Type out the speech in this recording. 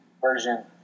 version